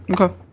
Okay